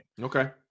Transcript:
Okay